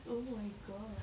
oh my god